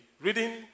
reading